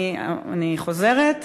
אני חוזרת,